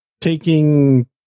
taking